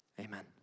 amen